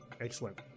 Excellent